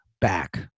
back